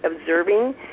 observing